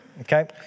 Okay